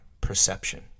perception